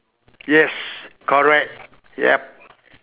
yes correct yup